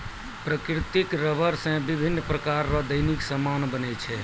प्राकृतिक रबर से बिभिन्य प्रकार रो दैनिक समान बनै छै